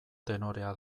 tenorea